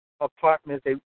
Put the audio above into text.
apartments